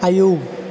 आयौ